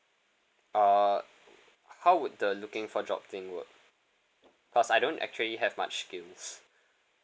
uh how would the looking for job thing work cause I don't actually have much skills